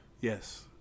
Yes